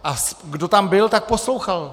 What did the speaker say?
A kdo tam byl, tak poslouchal.